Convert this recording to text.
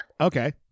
Okay